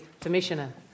Commissioner